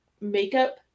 makeup